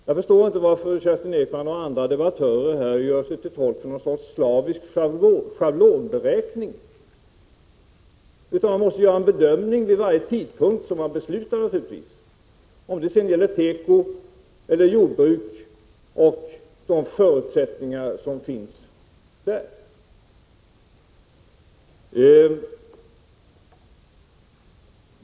Jag förstår inte varför Kerstin Ekman och andra debattörer här vill göra sig till tolk för något slags slavisk schablonberäkning. Vi måste göra en bedömning vid varje tidpunkt som man beslutar naturligtvis, vare sig det sedan gäller teko eller jordbruk och de förutsättningar som finns där.